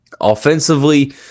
Offensively